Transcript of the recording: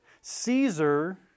Caesar